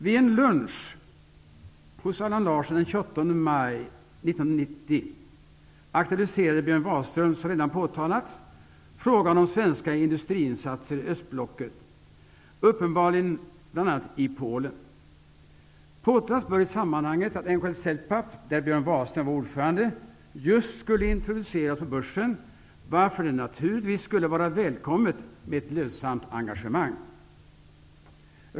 Vid en lunch hos Allan Larsson den 28 maj 1990 aktualiserade Björn Wahlström, som redan påtalats, frågan om svenska industriinsatser i östblocket, uppenbarligen bl.a. i Polen. I sammanhanget bör påtalas att NLK-Celpap, där Björn Wahlström var ordförande, just skulle introduceras på börsen, varför det naturligtvis skulle vara välkommet med ett lönsamt engagemang.